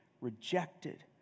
rejected